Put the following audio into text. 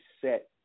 set